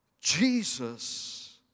Jesus